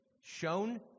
shown